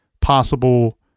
possible